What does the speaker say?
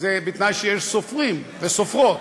זה בתנאי שיש סופרים וסופרות.